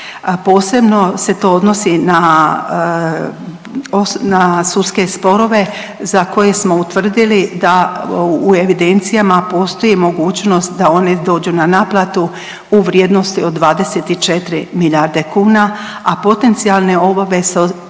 Posebno se to odnos i na, na sudske sporove za koje smo utvrdili da u evidencijama postoji mogućnost da one dođu na naplatu u vrijednosti od 24 milijarde kuna, a potencijalne obveze sa